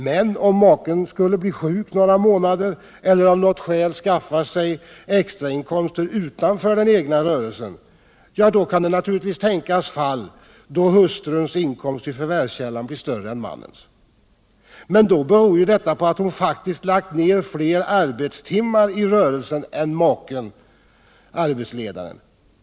Men om maken skulle ha varit sjuk några månader eller av något skäl ha skaffat sig extra inkomster utanför den egna rörelsen — ja, då kan det naturligtvis tänkas av det finns fall där hustruns inkomst i förvärv skältan blir större än mannens. Men då beror ju detta på att hon faktiskt lagt ner fler arbetstimmar i rörelsen än maken/arbetsledaren.